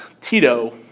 Tito